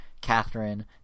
Catherine